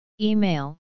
Email